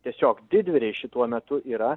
tiesiog didvyriai šituo metu yra